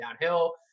downhill